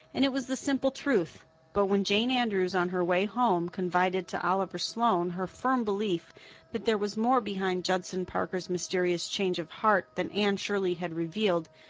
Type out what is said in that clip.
and it was the simple truth but when jane andrews, on her way home, confided to oliver sloane her firm belief that there was more behind judson parker's mysterious change of heart than anne shirley had revealed,